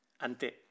Ante